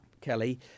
Kelly